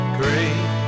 great